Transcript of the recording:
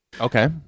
Okay